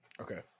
Okay